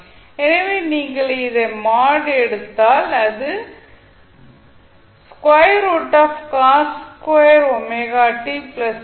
எனவே நீங்கள் இதை மாட் எடுத்தால் அதுஎன மாறும்